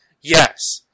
Yes